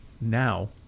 Now